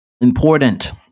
Important